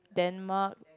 Denmark